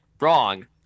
Wrong